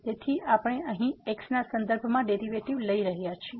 તેથી આપણે અહીં x ના સંદર્ભમાં ડેરીવેટીવ લઈ રહ્યા છીએ